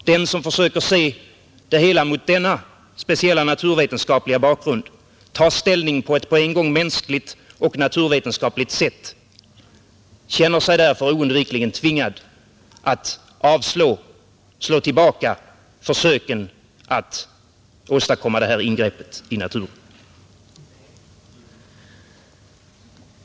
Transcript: Den som försöker se det hela mot denna speciella naturvetenskapliga bakgrund och tar ställning på ett på en gång mänskligt och naturvetenskapligt sätt känner sig därför oundvikligen tvingad att slå tillbaka försöken att åstadkomma detta ingrepp i naturen.